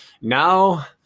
Now